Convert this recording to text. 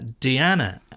Deanna